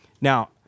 Now